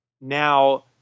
now